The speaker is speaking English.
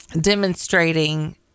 demonstrating